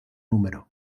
número